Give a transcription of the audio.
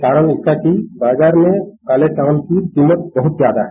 कारण इसका है कि बाजार में काले चावल की कीमत बहत ज्यादा है